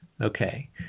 Okay